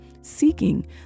seeking